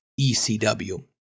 ECW